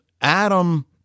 Adam